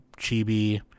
chibi